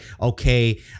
okay